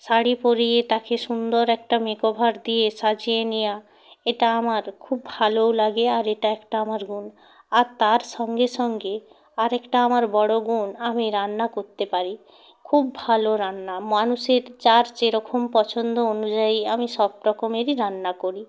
শাড়ি পরিয়ে তাকে সুন্দর একটা মেক ওভার দিয়ে সাজিয়ে নেয়া এটা আমার খুব ভালোও লাগে আর এটা একটা আমার গুণ আর তার সঙ্গে সঙ্গে আরেকটা আমার বড়ো গুণ আমি রান্না করতে পারি খুব ভালো রান্না মানুষের যার যেরকম পছন্দ অনুযায়ী আমি সব রকমেরই রান্না করি